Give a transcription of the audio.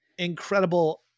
incredible